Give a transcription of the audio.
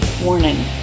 Warning